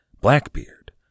Blackbeard